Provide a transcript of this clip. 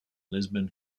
lisbon